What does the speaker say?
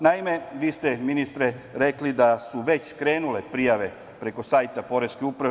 Naime, vi ste, ministre, rekli da su već krenule prijave preko sajta Poreske uprave.